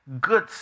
good